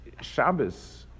Shabbos